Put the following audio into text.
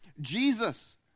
Jesus